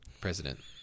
president